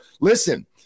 listen –